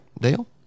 Dale